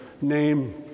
name